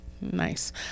Nice